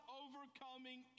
overcoming